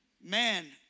Man